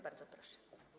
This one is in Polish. Bardzo proszę.